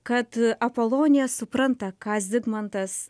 kad apolonija supranta ką zigmantas